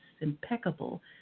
impeccable